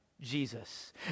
Jesus